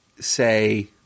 say